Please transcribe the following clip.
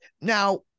Now